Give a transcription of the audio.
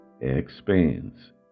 expands